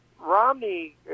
Romney